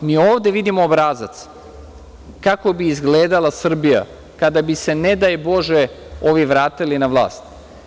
Mi ovde vidimo obrazac kako bi izgledala Srbija, kada bi se, ne daj bože, ovi vratili na vlast.